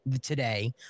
today